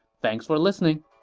thanks for listening!